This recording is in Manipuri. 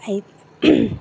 ꯑꯩ